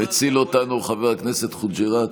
מציל אותנו חבר הכנסת חוג'יראת,